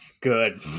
Good